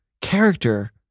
character